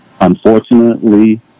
unfortunately